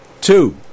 Two